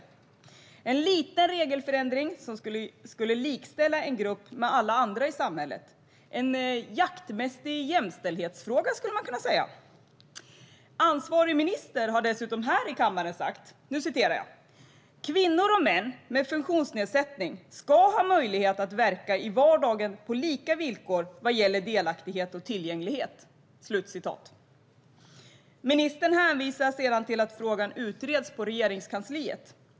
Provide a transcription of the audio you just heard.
Det är en liten regelförändring som skulle likställa en grupp med alla andra i samhället - en jaktmässig jämställdhetsfråga skulle man kunna säga att det är. Ansvarig minister har dessutom här i kammaren sagt: Kvinnor och män med funktionsnedsättning ska ha möjlighet att verka i vardagen på lika villkor vad gäller delaktighet och tillgänglighet. Ministern hänvisar sedan till att frågan utreds på Regeringskansliet.